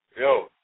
Yo